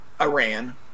Iran